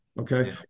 Okay